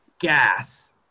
gas